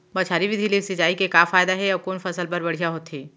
बौछारी विधि ले सिंचाई के का फायदा हे अऊ कोन फसल बर बढ़िया होथे?